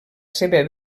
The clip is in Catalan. seva